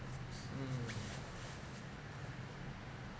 mm